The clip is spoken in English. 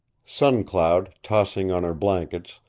sun cloud, tossing on her blankets,